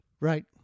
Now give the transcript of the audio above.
Right